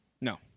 No